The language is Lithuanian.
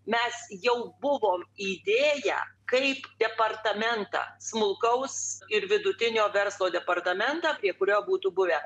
mes jau buvom įdėję kaip departamentą smulkaus ir vidutinio verslo departamentą į kurio būtų buvę